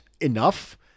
enough